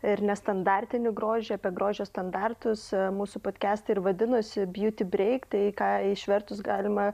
ir nestandartinį grožį apie grožio standartus mūsų podkestai ir vadinosi bjutibreik tai ką išvertus galima